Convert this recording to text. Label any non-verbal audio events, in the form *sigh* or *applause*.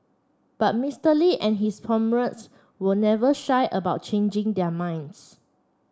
but Mister Lee and his *unintelligible* were never shy about changing their minds